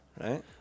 Right